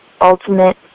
ultimate